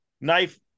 knife